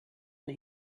and